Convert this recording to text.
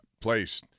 place